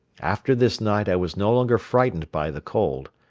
after this night i was no longer frightened by the cold.